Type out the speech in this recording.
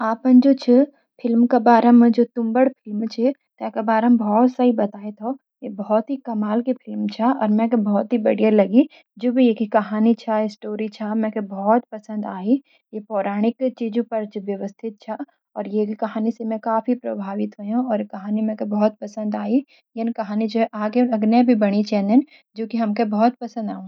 आपन जु छ फिल्म का बारा मा जू तुम्बड फिल्म का बारा मा सही बताई थो या बहुत ही कमाल कि फिल्म छ। और मेक बहुत ही बढ़िया लगी जु भी ये की कहानी छ स्टोरी छ मैके बहुत पसन्द आई। या पौराणिक चीजु पर व्यवस्थित छ और ये की कहानी सी मैं काफी प्रभावित व्हाई और या कहानी मेक बहुत पसन्द आई यन कहानी अगने भी बनी चेन्दी जु हमूक पसंद आऊंन।